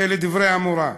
זה לדברי המורה.